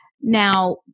Now